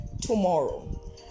tomorrow